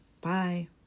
Bye